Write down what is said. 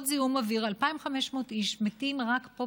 זיהום אוויר 2,500 איש מתים רק פה,